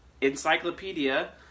encyclopedia